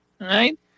right